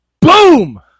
Boom